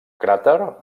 cràter